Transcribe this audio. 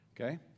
Okay